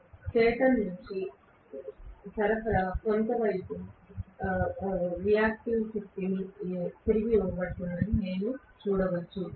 బదులుగా స్టేటర్ వైపు నుండి సరఫరా వైపు కొంత రియాక్టివ్ శక్తి తిరిగి ఇవ్వబడిందని నేను చూడవచ్చు